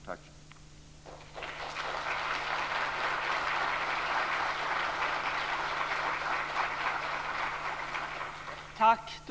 Tack!